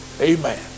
amen